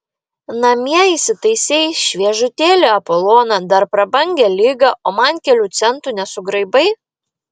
namie įsitaisei šviežutėlį apoloną dar prabangią ligą o man kelių centų nesugraibai